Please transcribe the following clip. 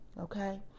Okay